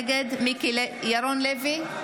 נגד ירון לוי,